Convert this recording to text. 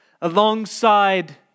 alongside